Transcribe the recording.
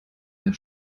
der